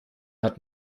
hat